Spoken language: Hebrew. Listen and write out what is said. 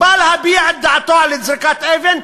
הוא בא להביע את דעתו על-ידי זריקת אבן,